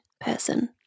person